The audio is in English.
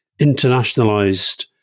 internationalized